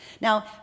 Now